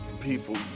people